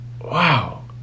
wow